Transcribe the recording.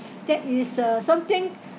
that is uh something